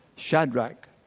Shadrach